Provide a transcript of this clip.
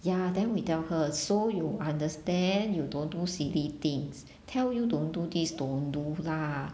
ya then we tell her so you understand you don't do silly things tell you don't do this don't do lah